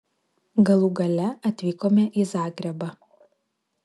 galų gale atvykome į zagrebą